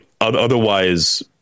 otherwise